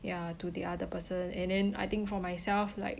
ya to the other person and then I think for myself like